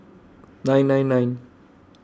nine nine nine